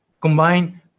Combine